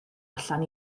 allan